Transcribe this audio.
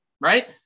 right